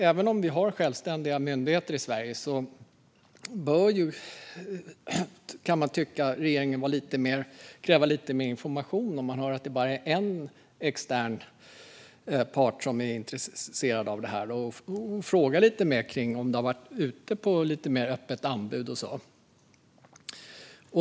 Även om vi har självständiga myndigheter i Sverige kan man tycka att regeringen bör kräva lite mer information om man hör att det bara är en extern part som är intresserad och fråga om det har varit ute på anbud.